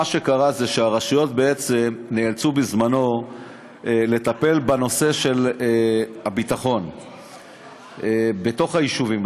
שהרשויות בעצם נאלצו בזמנן לטפל בנושא של הביטחון בתוך היישובים,